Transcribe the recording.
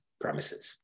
premises